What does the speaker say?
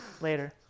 later